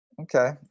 okay